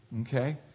Okay